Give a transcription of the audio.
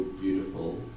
beautiful